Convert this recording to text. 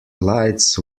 lights